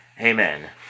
Amen